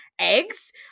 eggs